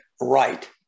right